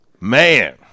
Man